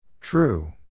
True